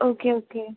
okay okay